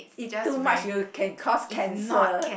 eat too much you can cause cancer